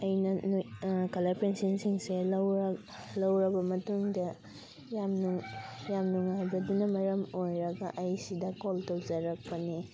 ꯑꯩꯅ ꯀꯂꯔ ꯄꯦꯟꯁꯤꯜꯁꯤꯡꯁꯦ ꯂꯧꯔ ꯂꯧꯔꯕ ꯃꯇꯨꯡꯗ ꯌꯥꯝꯅ ꯌꯥꯝ ꯅꯨꯡꯉꯥꯏꯕꯗꯨꯅ ꯃꯔꯝ ꯑꯣꯏꯔꯒ ꯑꯩ ꯁꯤꯗ ꯀꯣꯜ ꯇꯧꯖꯔꯛꯄꯅꯤ